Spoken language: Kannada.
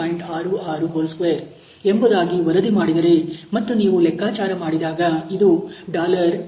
66² ಎಂಬುದಾಗಿ ವರದಿ ಮಾಡಿದರೆ ಮತ್ತು ನೀವು ಲೆಕ್ಕಾಚಾರ ಮಾಡಿದಾಗ ಇದು 8